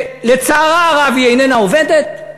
שלצערה הרב איננה עובדת,